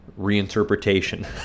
reinterpretation